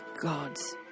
gods